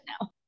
now